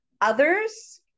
others